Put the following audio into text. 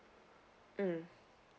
mm